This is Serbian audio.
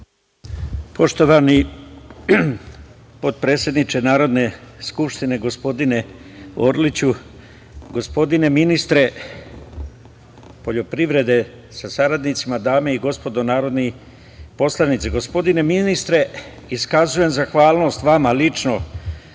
Poštovani potpredsedniče Narodne skupštine gospodine Orliću, gospodine ministre poljoprivrede sa saradnicima, dame i gospodo narodni poslanici. Gospodine ministre, iskazujem zahvalnost vama lično